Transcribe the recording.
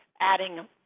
adding